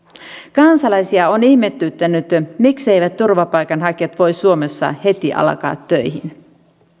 kansalaisia on ihmetyttänyt mikseivät turvapaikanhakijat voi suomessa heti alkaa töihin